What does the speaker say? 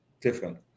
different